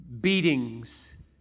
beatings